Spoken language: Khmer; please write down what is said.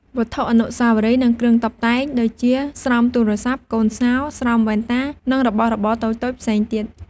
វត្ថុអនុស្សាវរីយ៍ និងគ្រឿងតុបតែង ដូចជា ស្រោមទូរស័ព្ទ កូនសោ ស្រោមវ៉ែនតា និងរបស់របរតូចៗផ្សេងទៀត។